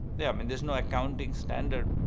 yeah. i mean, there's no accounting standard.